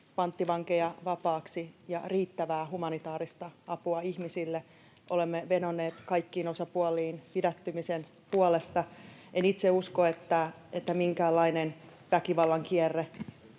panttivankeja vapaaksi ja riittävää humanitaarista apua ihmisille. Olemme vedonneet kaikkiin osapuoliin pidättymisen puolesta. En itse usko, että minkäänlainen väkivallan kierre